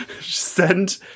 send